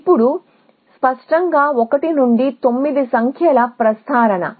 ఇప్పుడు స్పష్టంగా 1 నుండి 9 సంఖ్యల ప్రస్తారణ